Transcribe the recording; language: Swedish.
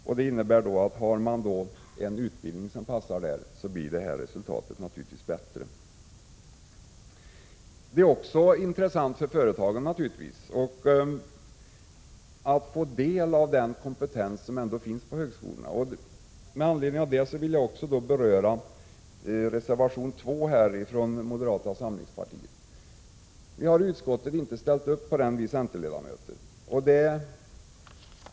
Om man kan erbjuda en utbildning som passar blir resultatet bättre. Det är också intressant för företagen att få del av den kompetens som finns på högskolorna. Med anledning av detta vill jag beröra reservation 2 från moderata samlingspartiet. Centerledamöterna i utskottet har inte ställt upp på den.